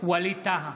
ווליד טאהא,